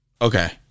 Okay